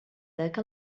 ذاك